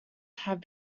have